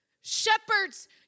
Shepherds